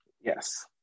Yes